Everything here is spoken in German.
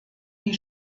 die